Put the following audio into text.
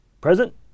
present